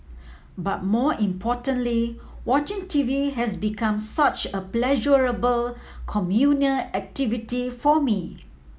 but more importantly watching TV has become such a pleasurable communal activity for me